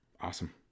Awesome